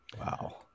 Wow